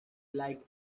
like